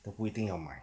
都不一定要买